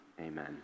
amen